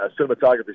cinematography